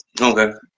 Okay